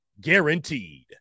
guaranteed